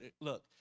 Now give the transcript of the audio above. look